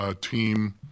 team